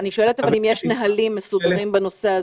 אני שואלת אם יש נהלים מסודרים בנושא הזה.